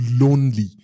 lonely